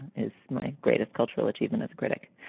is my greatest cultural achievement as a critic.